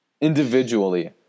Individually